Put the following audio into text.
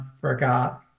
forgot